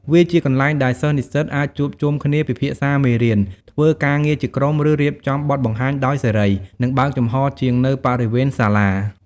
វាជាកន្លែងដែលសិស្សនិស្សិតអាចជួបជុំគ្នាពិភាក្សាមេរៀន ធ្វើការងារជាក្រុម ឬរៀបចំបទបង្ហាញដោយសេរី និងបើកចំហរជាងនៅបរិវេណសាលា។